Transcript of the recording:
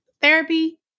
therapy